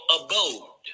abode